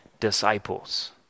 disciples